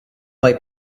like